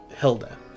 Hilda